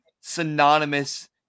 synonymous